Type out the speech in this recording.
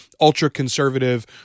ultra-conservative